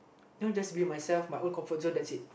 don't just be myself my own comfort zone that's it